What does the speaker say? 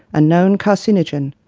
a known carcinogen.